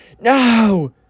no